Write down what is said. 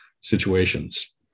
situations